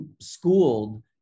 schooled